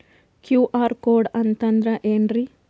QR code ಅಂತಂದ್ರ ಏನ್ರೀ?